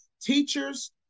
teachers